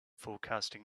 forecasting